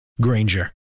Granger